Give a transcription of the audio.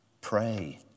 pray